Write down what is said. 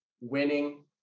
winning